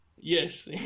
Yes